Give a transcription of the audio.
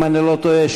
אם אני לא טועה,